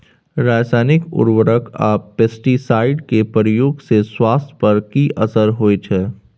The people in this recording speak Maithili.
रसायनिक उर्वरक आ पेस्टिसाइड के प्रयोग से स्वास्थ्य पर कि असर होए छै?